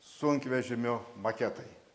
sunkvežimio maketai